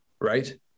right